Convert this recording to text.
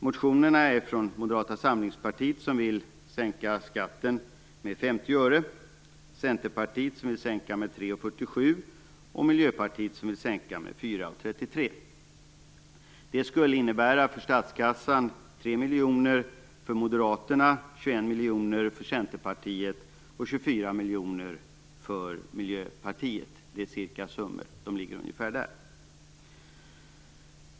Motionerna är från Moderata samlingspartiet, som vill sänka skatten med 50 öre, från Centerpartiet som vill sänka med 3:47 och från Miljöpartiet som vill sänka med 4:33. Det skulle för statskassan innebära 3 miljoner för Moderaterna, 21 miljoner för Centerpartiet och 24 miljoner för Miljöpartiet. Det är cirkasummor, de ligger ungefär där.